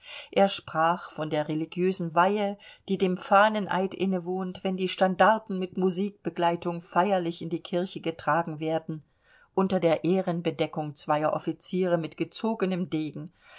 er sprach von der religiösen weihe die dem fahneneid innewohnt wenn die standarten mit musikbegleitung feierlich in die kirche getragen werden unter der ehrenbedeckung zweier offiziere mit gezogenem degen